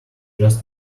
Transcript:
just